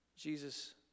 Jesus